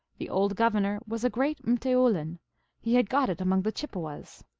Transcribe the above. the old governor was a great rrcteoulin. he had got it among the chippewas.